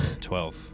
Twelve